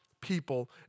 people